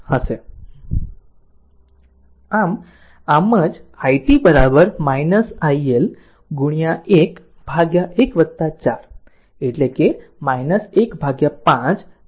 આમ આમ જ આ i t i L 1 1 4 એટલે કે 1 5 i L t